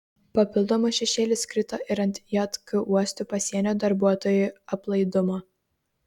papildomas šešėlis krito ir ant jk uostų pasienio darbuotojų aplaidumo